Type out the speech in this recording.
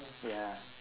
ya